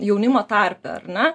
jaunimo tarpe ar ne